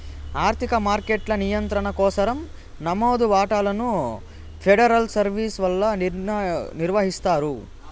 ఆర్థిక మార్కెట్ల నియంత్రణ కోసరం నమోదు వాటాలను ఫెడరల్ సర్వీస్ వల్ల నిర్వహిస్తారు